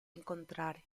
incontrare